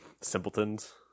simpletons